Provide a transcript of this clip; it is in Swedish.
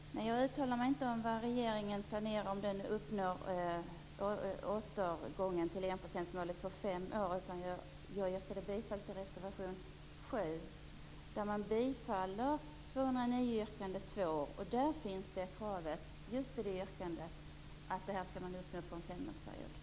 Herr talman! Jag uttalar mig inte om vad regeringen planerar vad gäller att uppnå återgången till enprocentsmålet inom fem år. Jag yrkade bifall till reservation 7, där man tillstyrker motion U209 yrkande 2. Där finns kravet att man skall uppnå detta inom en femårsperiod.